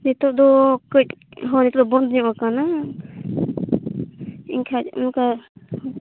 ᱱᱤᱛᱚᱜ ᱫᱚ ᱠᱟᱹᱡ ᱧᱚᱜ ᱟᱠᱟᱱᱟᱭ ᱮᱱᱠᱷᱟᱱ ᱚᱱᱠᱟ